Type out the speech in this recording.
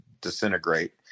disintegrate